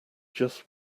just